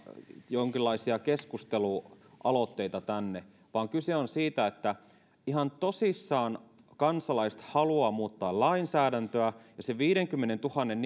jonkinlaisia keskustelualoitteita tänne vaan kyse on siitä että ihan tosissaan kansalaiset haluavat muuttaa lainsäädäntöä ja se viidenkymmenentuhannen